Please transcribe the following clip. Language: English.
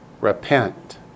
Repent